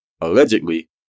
allegedly